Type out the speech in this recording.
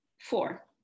Four